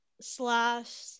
Slash